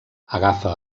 agafa